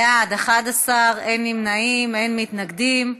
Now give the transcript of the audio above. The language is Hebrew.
בעד, 11, אין נמנעים, אין מתנגדים.